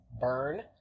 burn